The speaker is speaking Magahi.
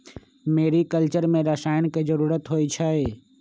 मेरिकलचर में रसायन के जरूरत होई छई